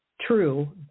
true